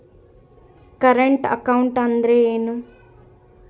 Current account ಅಂದರೇನು?